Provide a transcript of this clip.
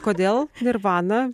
kodėl nirvana